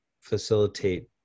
facilitate